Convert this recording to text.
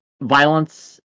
violence